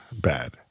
bad